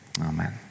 Amen